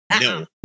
no